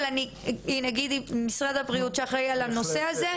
אבל אנחנו נעביר את זה לטיפול של משרד הביטחון שממש אחראי על הנושא הזה,